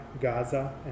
Gaza